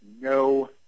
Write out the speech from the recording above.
no